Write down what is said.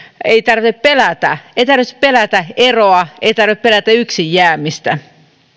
ei tarvitse pelätä ei tarvitse pelätä eroa ei tarvitse pelätä yksin jäämistä